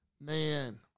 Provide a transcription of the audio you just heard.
Man